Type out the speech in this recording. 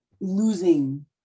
losing